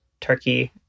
Turkey